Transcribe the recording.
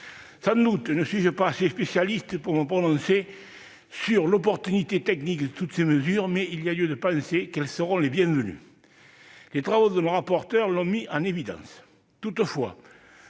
Sans doute ne suis-je pas assez spécialiste pour me prononcer sur l'opportunité technique de toutes ces mesures, mais il y a lieu de penser qu'elles seront bienvenues, les travaux de notre rapporteur l'ont mis en évidence.